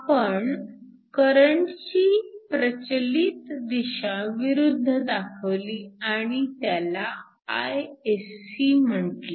आपण करंटची प्रचलित दिशा विरुद्ध दाखवली आणि त्याला Isc म्हटले